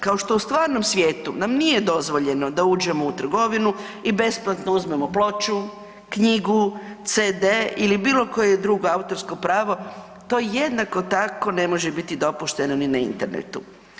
Kao što u stvarnom svijetu nam nije dozvoljeno da uđemo u trgovinu i besplatno uzmemo ploču, knjigu, CD ili bilo koje drugo autorsko pravo, to jednako tako ne može biti dopušteno ni na internetu.